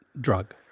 drug